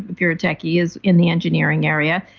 if you're a techie, is in the engineering area,